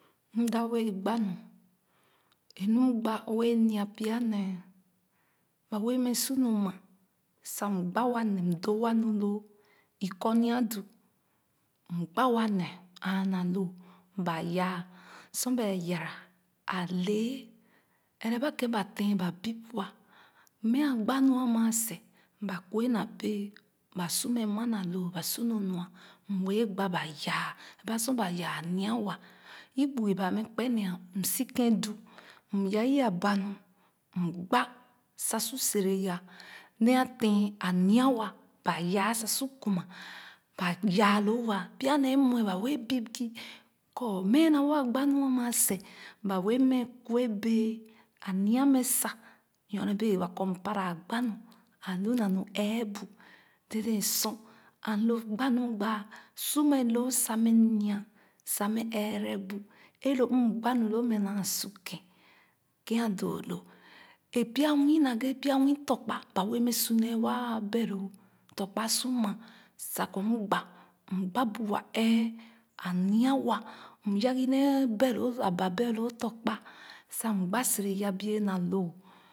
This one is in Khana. M da wɛɛ gab-nu ee nu mgba wɛɛ nya pya nee ba bee mɛ sa mu ma sa mgba wa me m dɔ wa nu loo i kɔnia du m gba wa ne aa na luu ba yah sor ba yara a lee ɛrɛ ba kèn ba tèn ba bip wa mɛɛ a gba nu a ma na luu ba su nu nua m wɛɛ gba ba yah aba sor ba yah a nya wa i kpugi ba mɛ kpen ne m si kèn du m yaah i abanu m gba sa su sere ya nee a tèn a nya wa ba yaah sa su kuma ba yaaloo wa pya nee mue ba wɛɛ bipgi kɔ mɛ naawo a gba nu a ma seh ba wɛɛ mɛ kuɛ bee a nya mɛ sa nyorne bee ba kɔ m para gba nu alu na nu ɛɛbu dèdèn sor and lo gba nu m gba su mɛ loo sa mɛ nya sa mɛ ɛrɛ bu ee lo m gba loo mɛ naa su kèn kèn doo lo ee pya nwii naghe pya nwii tɔ̃ kpa ba wɛɛ mɛ sunee behlesh tɔ̃ kpa su ma sa kɔ m gba mgba bu wa ɛɛ a nya wa m yagi nee bero sa ba behdoh tɔ̃ kpa sa mgba sere ya bie na luu ̣